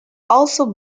also